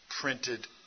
printed